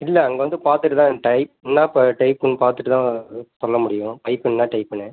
இல்லை அங்கே வந்து பார்த்துட்டு தான் டைப் என்ன ப டைப்புன்னு பார்த்துட்டு தான் பண்ண முடியும் பைப் என்ன டைப்புன்னு